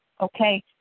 okay